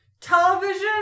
television